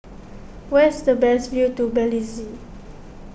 where is the best view to Belize